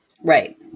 Right